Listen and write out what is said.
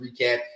recap